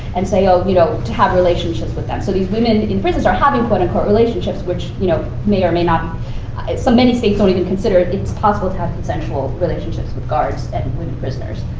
and say, oh, you know to have relationships with them. so these women in prisons are having, quote unquote, relationships, which you know may or may not so many states don't even consider it's possible to have consensual relationships with guards and women prisoners.